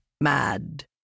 mad